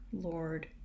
Lord